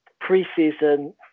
pre-season